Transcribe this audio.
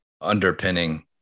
underpinning